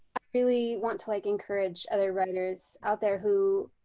i really want to like encourage other writers out there who